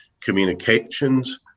communications